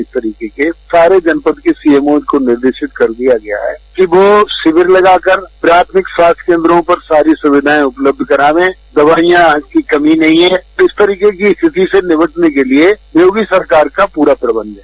इस तरीके के सारे जनपद के सीएमओ को निर्देशित कर दिया गया है कि वो शिकिर लगाकर प्राथमिक स्वास्थ्य केन्द्रों पर सारी सुक्वियों उपलब्ध कराने दवाइयों की कमी नहीं है इस तरह की स्थिति से निपटन के लिये योगी सरकार का पूरा प्रबन्ध है